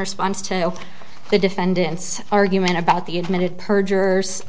response to the defendant's argument about the admitted perjurers